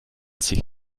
sich